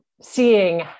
seeing